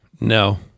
No